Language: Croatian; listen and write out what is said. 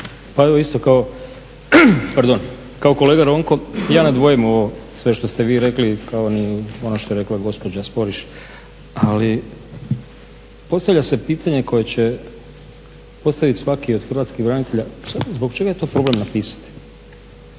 pa evo isto, pardon, kao kolega Ronko ja ne dvojim sve ovo što ste vi rekli kao ni ono što je rekla gospođa Sporiš. Ali postavlja se pitanje koje će postavit svaki od Hrvatskih branitelja, samo zbog čega je to problem napisati?